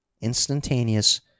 instantaneous